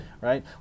right